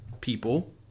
people